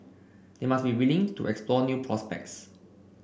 they must be willing to explore new prospects